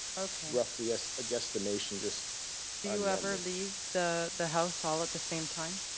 okay. roughly, a so guestimation just do you ever leave the the house all at the same time?